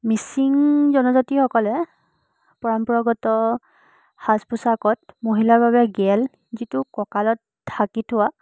মিচিং জনজাতিসকলে পৰম্পৰাগত সাজ পোছাকত মহিলাৰ বাবে গেল যিটো কঁকালত ঢাকি থোৱা